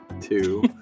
two